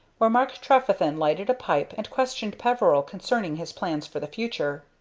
where mark trefethen lighted a pipe and questioned peveril concerning his plans for the future.